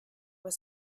was